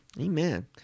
Amen